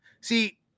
See